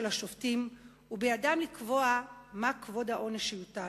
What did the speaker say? השופטים ובידם לקבוע מה כובד העונש שיוטל.